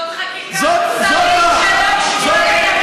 זאת חקיקה מוסרית שלא קשורה לימין או שמאל,